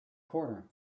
corner